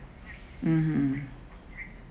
mm mm